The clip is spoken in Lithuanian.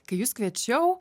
kai jus kviečiau